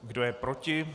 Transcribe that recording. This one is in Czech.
Kdo je proti?